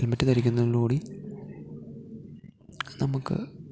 helmet ധരിക്കുന്നതിലൂടെ നമുക്ക്